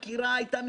ויתרה מכך,